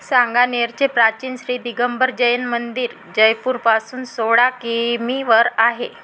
सांगानेरचे प्राचीन श्री दिगंबर जैन मंदिर जयपूरपासून सोळा किमीवर आहे